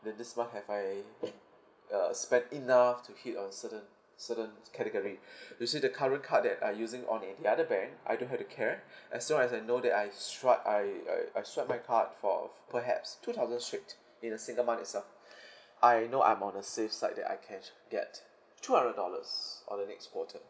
then this month have I uh spent enough to hit on certain certain category you see the current card that I using on in the other bank I don't have to care as long as I know that I've swiped I I I swiped my card for of perhaps two thousand straight in a single month itself I know I'm on the safe side that I can get two hundred dollars on the next quarter